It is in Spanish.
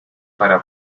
para